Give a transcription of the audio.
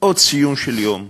עוד ציון של יום,